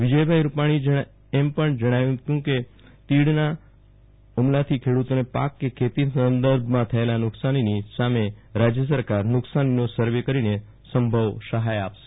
વિજય ભાઈ રૂપાણી એ એમ પણ જાહેર કર્યું કે તીડ ના આ હુમલા થી ખેડૂતોને પાક કે ખેતી સંદર્ભમાં થયેલા નુ કશાનની સામે રાજ્ય સરકાર નુ કસાનીનો સરવે કરીને સંભ્ય સહાય આપશે